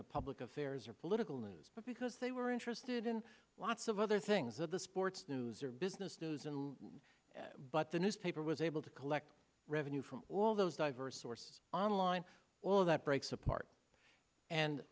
the public affairs or political news but because they were interested in lots of other things of the sports news or business news and but the newspaper was able to collect revenue from all those diverse sources online well that breaks apart and